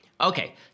Okay